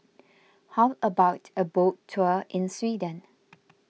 how about a boat tour in Sweden